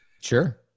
Sure